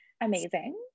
Amazing